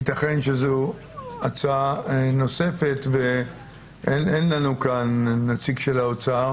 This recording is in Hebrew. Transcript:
יתכן שזו הצעה נוספת, ואין לנו כאן נציג של האוצר